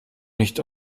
nicht